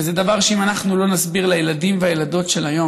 וזה דבר שאם אנחנו לא נסביר לילדים והילדות של היום,